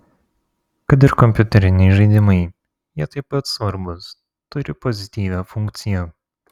kad ir kompiuteriniai žaidimai jie taip pat svarbūs turi pozityvią funkciją